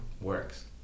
works